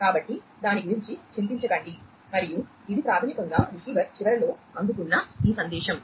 కాబట్టి దాని గురించి చింతించకండి మరియు ఇది ప్రాథమికంగా రిసీవర్ చివరలో అందుకున్న ఈ సందేశం